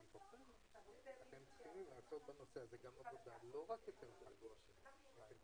אפשר גוף ציבורי פנייה אליו באמצעות דואר אלקטרוני